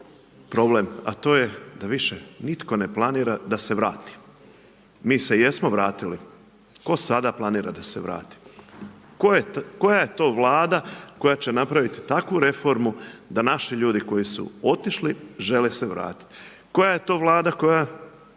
problem a to je da više nitko ne planira da se vrati. Mi se jesmo vratili, tko sada planira da se vrati? Koja je to vlada koja će napraviti takvu reformu da naši ljudi koji su otišli, žele se vratiti? Koja je to vlada koja